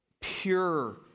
pure